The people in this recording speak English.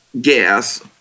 gas